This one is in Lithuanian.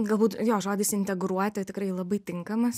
galbūt jo žodis integruoti tikrai labai tinkamas